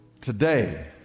Today